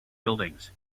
buildings